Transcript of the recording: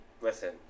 listen